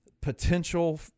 potential